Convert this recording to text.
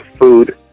food